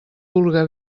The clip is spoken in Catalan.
vulga